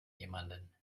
jemanden